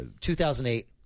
2008